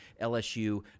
lsu